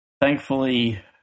thankfully